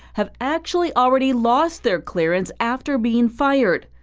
have actually already lost their clearance after being fired.